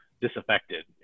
disaffected